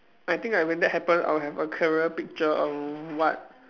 I think like when that happen I will have a clearer picture of what